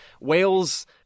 Wales